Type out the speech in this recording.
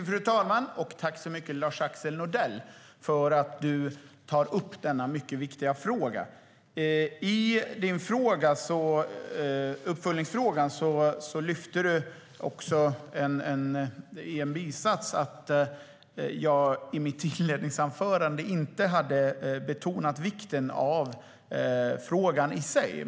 Fru talman! Jag tackar Lars-Axel Nordell så mycket för att han tar upp denna mycket viktiga fråga. I samband med sina uppföljningsfrågor lyfter han i en bisats fram att jag i mitt inledningsanförande inte skulle ha betonat vikten av frågan i sig.